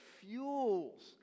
fuels